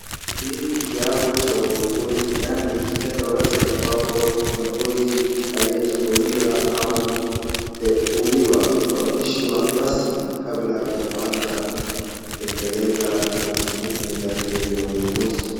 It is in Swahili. Hii ni kiapo cha uongozi. Yaani kitendo rasmi ambapo kiongozi aliyechaguliwa au kuteuliwa huapishwa rasmi kabla ya kuanza kutekeleza majukumu yake ya uongozi.